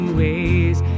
ways